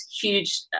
huge